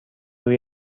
روی